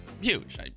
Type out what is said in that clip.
huge